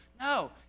No